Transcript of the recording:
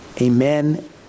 Amen